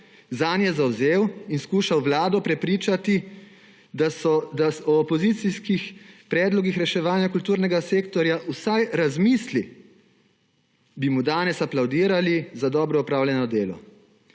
zanje zavzel in poslušal Vlado prepričati, da o opozicijskih predlogih reševanje kulturnega sektorja vsaj razmisli, bi mu danes aplavdirali za dobro opravljeno delo.